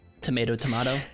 Tomato-Tomato